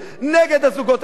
נגד הזוגות הצעירים,